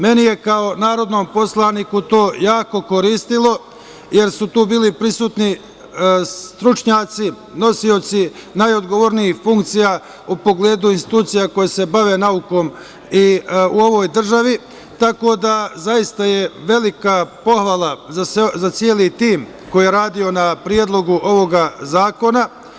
Meni je kao narodnom poslaniku to jako koristilo, jer su tu bili prisutni stručnjaci, nosioci najodgovornijih funkcija u pogledu institucija koje se bave naukom u ovoj državi, tako da je zaista pohvala za ceo tim koji je radio na Predlogu ovoga zakona.